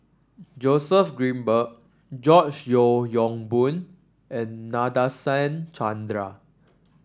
Joseph Grimberg George Yeo Yong Boon and Nadasen Chandra